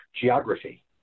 geography